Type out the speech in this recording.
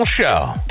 show